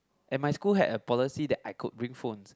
and my school had a policy that I could bring phones